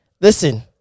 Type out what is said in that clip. Listen